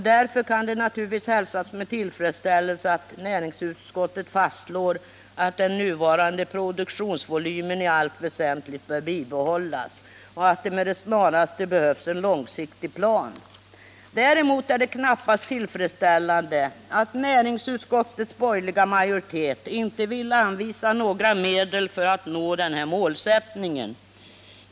Därför kan det naturligtvis hälsas med tillfredsställelse att näringsutskottet fastslår att den nuvarande produktionsvolymen i allt väsentligt bör bibehållas och att det med det snaraste behövs en långsiktig plan. Däremot är det knappast tillfredsställande att näringsutskottets borgerliga majoritet inte vill anvisa några medel för att nå denna målsättning.